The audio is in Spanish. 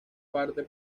parte